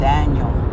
Daniel